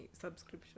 subscription